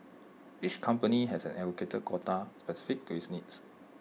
each company has an allocated quota specific to its needs